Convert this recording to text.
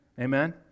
Amen